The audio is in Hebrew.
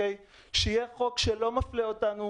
שיהיה חוק שלא מפלה אותנו,